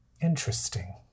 Interesting